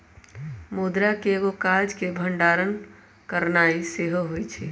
मुद्रा के एगो काज के भंडारण करनाइ सेहो होइ छइ